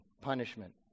punishment